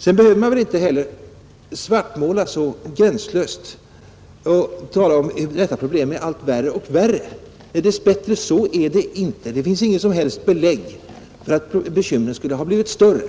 Vidare behöver man väl inte heller svartmåla så gränslöst genom att säga att detta problem blir allt värre och värre, Dess bättre är det inte så. Det finns inget som helst belägg för att bekymren skulle ha blivit större.